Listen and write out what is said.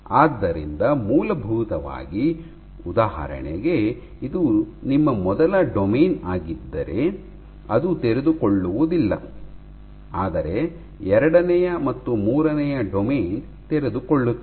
ಆದ್ದರಿಂದ ಮೂಲಭೂತವಾಗಿ ಉದಾಹರಣೆಗೆ ಇದು ನಿಮ್ಮ ಮೊದಲ ಡೊಮೇನ್ ಆಗಿದ್ದರೆ ಅದು ತೆರೆದುಕೊಳ್ಳುವುದಿಲ್ಲ ಆದರೆ ಎರಡನೆಯ ಮತ್ತು ಮೂರನೆಯ ಡೊಮೇನ್ ತೆರೆದುಕೊಳ್ಳುತ್ತದೆ